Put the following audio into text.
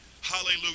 Hallelujah